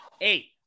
eight